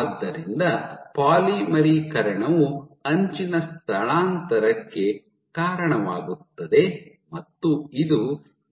ಆದ್ದರಿಂದ ಪಾಲಿಮರೀಕರಣವು ಅಂಚಿನ ಸ್ಥಳಾಂತರಕ್ಕೆ ಕಾರಣವಾಗುತ್ತದೆ ಮತ್ತು ಇದು